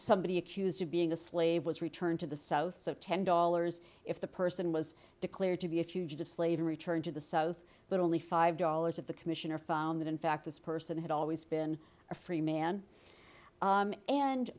somebody accused of being a slave was returned to the south so ten dollars if the person was declared to be a fugitive slave returned to the south but only five dollars of the commissioner found that in fact this person had always been a free man